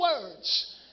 words